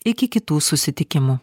iki kitų susitikimų